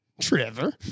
Trevor